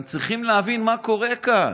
אתם צריכים להבין מה קורה כאן.